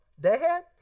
Dad